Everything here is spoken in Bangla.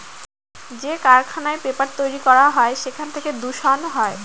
যে কারখানায় পেপার তৈরী করা হয় সেখান থেকে দূষণ হয়